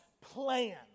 plan